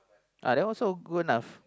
Uh that one also good enough